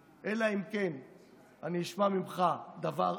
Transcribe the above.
כי למיטב ידיעתי, אלא אם כן אני אשמע ממך דבר אחר,